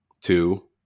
two